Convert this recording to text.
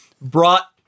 brought